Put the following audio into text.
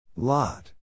Lot